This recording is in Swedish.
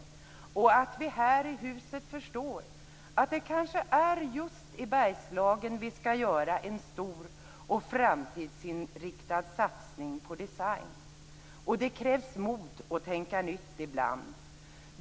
Det gäller att vi här i huset förstår att det kanske är just i Bergslagen som vi skall göra en stor och framtidsinriktad satsning på design. Det krävs mod för att tänka nytt ibland.